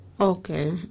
Okay